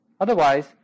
Otherwise